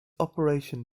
operation